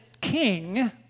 king